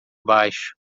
baixo